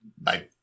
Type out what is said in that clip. Bye